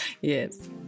Yes